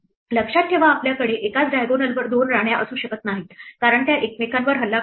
लक्षात ठेवा आपल्याकडे एकाच diagonal वर दोन राण्या असू शकत नाहीत कारण त्या एकमेकांवर हल्ला करतील